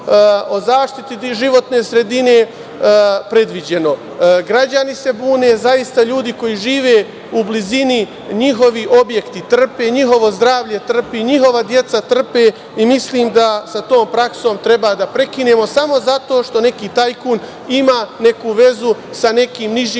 o zaštiti životne sredine predviđeno. Građani se bune, zaista ljudi koji žive u blizini, njihovi objekti trpe, njihovo zdravlje trpi, njihova deca trpe i mislim da sa tom praksom treba da prekinemo samo zato što neki tajkun ima neku vezu sa nekim nižim